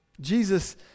Jesus